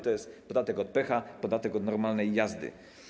To jest podatek od pecha, podatek od normalnej jazdy.